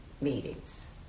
meetings